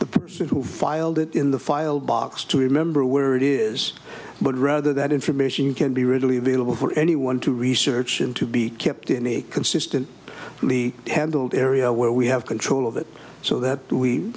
the person who filed it in the file box to remember where it is but rather that information can be readily available for anyone to research in to be kept in a consistent really handled area where we have control of it so that we